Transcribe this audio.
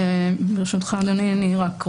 בתקנה 2,